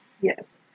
Yes